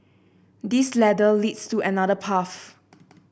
this ladder leads to another path